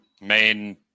main